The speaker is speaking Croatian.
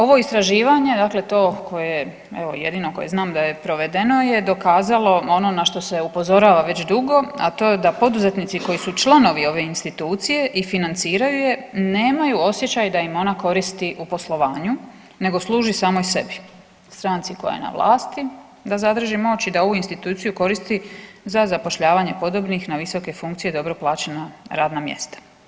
Ovo istraživanje, dakle to koje je evo jedino koje znam da je provedeno je dokazalo ono na što se upozorava već dugo, a to je da poduzetnici koji su članovi ove institucije i financiraju je nemaju osjećaj da im ona koristi u poslovanju nego služi samoj sebi, stranci koja je na vlasti da zadrži moć i da ovu instituciju koristi za zapošljavanje podobnih na visoke funkcije i dobro plaćena radna mjesta.